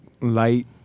light